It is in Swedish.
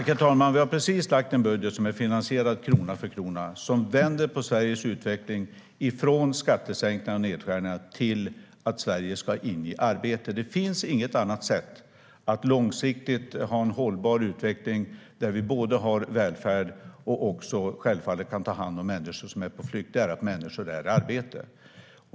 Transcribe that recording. Herr talman! Vi har precis lagt fram en budget som är finansierad krona för krona och som vänder på Sveriges utveckling från skattesänkningar och nedskärningar till att Sverige ska in i arbete. Det finns inget annat sätt än att människor är i arbete för att vi långsiktigt ska ha en hållbar utveckling där vi både kan ha en välfärd och kan ta hand om människor på flykt.